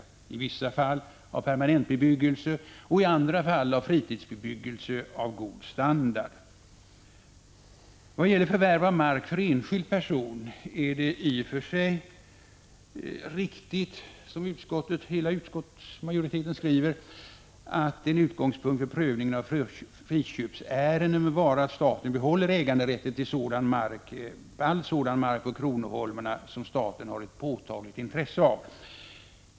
Den kan i vissa fall ha utgjorts av permanentbebyggelse och i andra fall av fritidsbebyggelse av god standard. När det gäller förvärv av mark för enskild person är det i och för sig riktigt som utskottsmajoriteten skriver, att en utgångspunkt för prövningen av friköpsärenden bör vara att staten behåller äganderätten till all sådan mark på kronoholmarna som staten har ett påtagligt intresse av.